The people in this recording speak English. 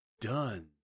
done